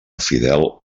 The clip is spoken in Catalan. fidel